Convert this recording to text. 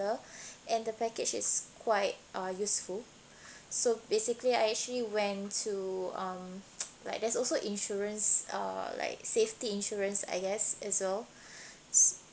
and the package is quite uh useful so basically I actually went to um like there's also insurance uh like safety insurance I guess as well